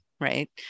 right